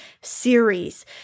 series